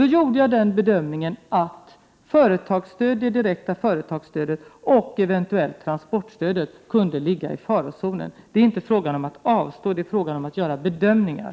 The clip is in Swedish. Då gjorde jag den bedömningen att det direkta företagsstödet och eventuellt transportstödet kunde ligga i farozonen. Det var inte fråga om att avstå något, utan om att göra bedömningar.